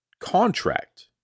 contract